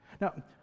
Now